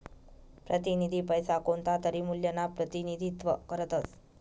प्रतिनिधी पैसा कोणतातरी मूल्यना प्रतिनिधित्व करतस